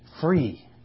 free